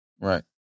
Right